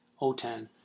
O10